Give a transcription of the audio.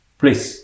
please